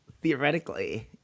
theoretically